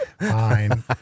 Fine